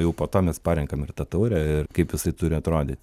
jau po to mes parenkam ir tą taurę ir kaip jisai turi atrodyt